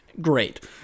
great